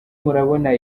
murabona